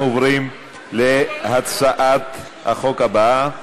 אנחנו עוברים להצעת החוק הבאה: